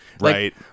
right